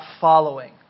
following